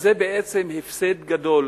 שזה בעצם הפסד גדול,